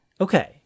Okay